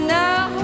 now